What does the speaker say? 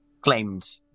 claimed